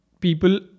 people